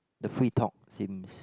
the free talk seems